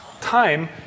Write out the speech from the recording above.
time